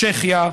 צ'כיה,